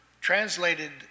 translated